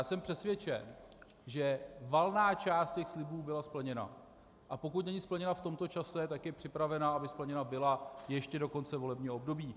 Jsem přesvědčen, že valná část těch slibů byla splněna, a pokud není splněna v tomto čase, tak je připravena, aby splněna byla ještě do konce volebního období.